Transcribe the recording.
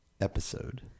episode